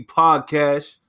podcast